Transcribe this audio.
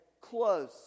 close